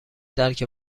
درک